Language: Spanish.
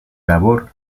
labor